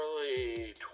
early